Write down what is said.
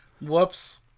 Whoops